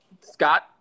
Scott